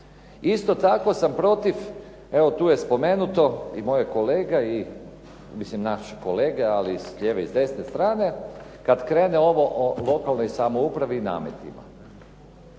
Isto tako sam protiv, evo tu je spomenuto i moj je kolega, mislim naš kolega, ali s lijeve i desne strane kada krene ovo o lokalnoj samoupravi i nametima,